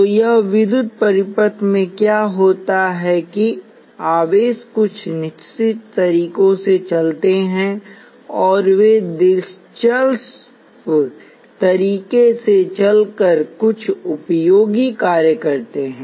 तो विद्युत परिपथों में क्या होता है कि आवेश कुछ निश्चित तरीकों से चलते हैं और वे दिलचस्प तरीके से चल कर कुछ उपयोगी कार्य करते हैं